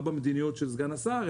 לא במדיניות של סגן השר,